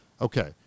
Okay